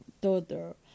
daughter